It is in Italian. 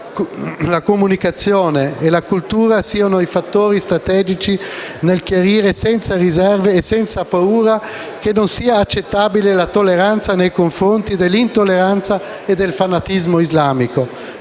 comunicazione e cultura siano fattori strategici nel chiarire senza riserve e senza paure che non sia accettabile la tolleranza nei confronti dell'intolleranza e del fanatismo islamico.